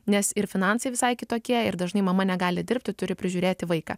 nes ir finansai visai kitokie ir dažnai mama negali dirbti turi prižiūrėti vaiką